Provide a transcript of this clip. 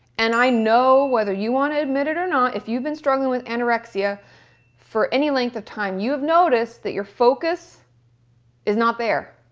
and i know, whether you want to admit it or if you've been struggling with anorexia for any length of time you've noticed that your focus is not there,